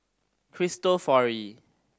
cristofori